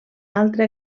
altre